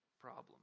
problem